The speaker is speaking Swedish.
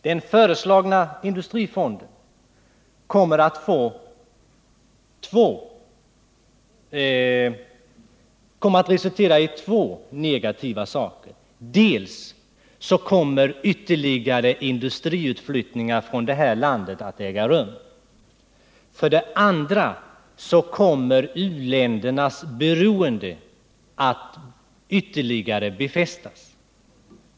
Den föreslagna industrifonden kommer att få två negativa effekter. För det första kommer ytterligare industriutflyttningar från de aktuella länderna att äga rum, för det andra kommer u-ländernas beroende att ytterligare befästas.